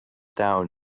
down